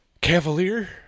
Cavalier